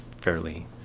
fairly